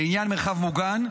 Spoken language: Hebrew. לעניין מרחב מוגן,